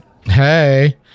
hey